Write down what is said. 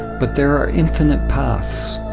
but there are infinite paths.